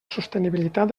sostenibilitat